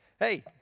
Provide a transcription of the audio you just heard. Hey